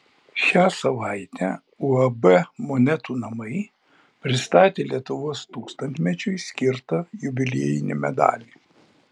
šią savaitę uab monetų namai pristatė lietuvos tūkstantmečiui skirtą jubiliejinį medalį